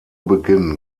beginn